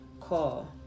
call